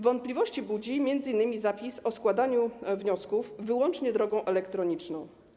Wątpliwości budzi m.in. zapis o składaniu wniosków wyłącznie drogą elektroniczną.